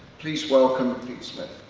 please welcome pete smith.